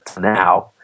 now